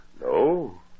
No